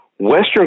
Western